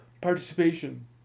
participation